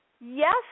Yes